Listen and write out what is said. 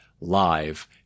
live